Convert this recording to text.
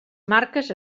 marques